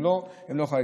אם לא, הם לא חייבים.